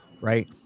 right